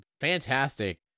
fantastic